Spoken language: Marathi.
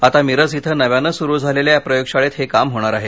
आता मिरज इथं नव्याने सुरू झालेल्या या प्रयोग शाळेत हे काम होणार आहे